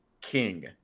king